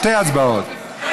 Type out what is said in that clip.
שתי הצבעות,